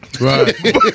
Right